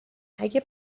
اگه